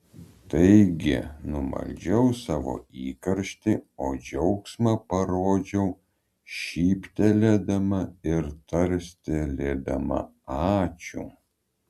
taigi numaldžiau savo įkarštį o džiaugsmą parodžiau šyptelėdama ir tarstelėdama ačiū